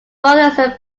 brothers